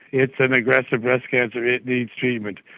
it's an aggressive breast cancer, it needs treatment.